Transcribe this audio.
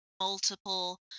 multiple